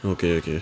okay okay